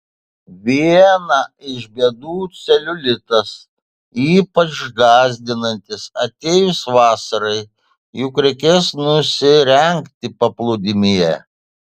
viena iš bėdų celiulitas ypač gąsdinantis atėjus vasarai juk reikės nusirengti paplūdimyje